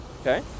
Okay